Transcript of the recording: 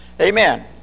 amen